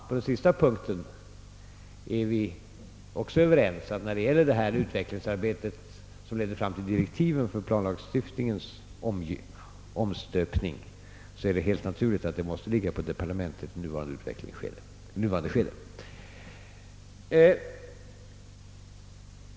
På den sista punkten är vi också överens om att när det gäller detta utvecklingsarbete som leder fram till direktiven för planlagstiftningens omstöpning, är det helt naturligt att det måste ligga på departementet i nuvarande skede.